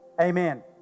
amen